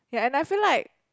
ya and I feel like